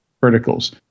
verticals